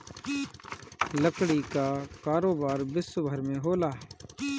लकड़ी कअ कारोबार विश्वभर में होला